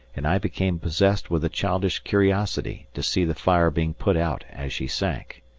and i became possessed with a childish curiosity to see the fire being put out as she sank.